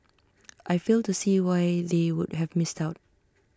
I fail to see why they would have missed out